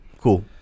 Cool